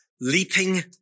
Leaping